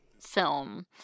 film